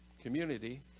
community